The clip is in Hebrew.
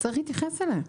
יש להתייחס אליהם.